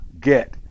get